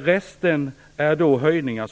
Resten beror på höjningar